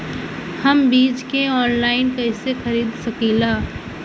हम बीज के आनलाइन कइसे खरीद सकीला?